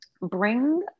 bring